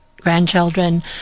grandchildren